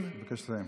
אני מבקש לסיים.